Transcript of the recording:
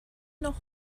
noch